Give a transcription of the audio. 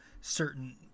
certain